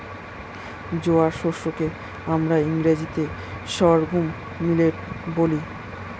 জোয়ার শস্য কে আমরা ইংরেজিতে সর্ঘুম মিলেট বলি